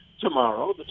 tomorrow